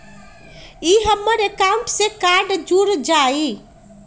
ई हमर अकाउंट से कार्ड जुर जाई?